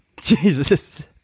jesus